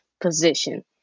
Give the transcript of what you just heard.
position